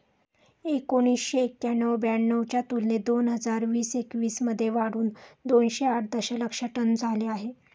एकोणीसशे एक्क्याण्णव ब्याण्णव च्या तुलनेत दोन हजार वीस एकवीस मध्ये वाढून दोनशे आठ दशलक्ष टन झाले आहे